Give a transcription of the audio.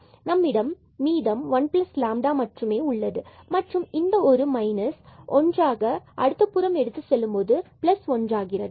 எனவே 1λ நம்மிடம் உள்ளது மற்றும் இந்த ஒன்று மைனஸ் ஒன்றாக அடுத்த புறம் எடுத்து செல்லும் பொழுது பிளஸ் 1 ஆகிறது